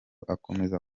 akomeza